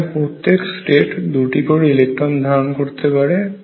এখানে প্রত্যেক স্টেট দুটি করে ইলেকট্রন কে ধারণ করতে পারে